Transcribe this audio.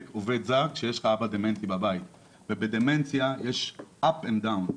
עובד זר כשיש לך אבא דמנטי בבית ובדמנציה יש up & down.